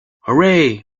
hooray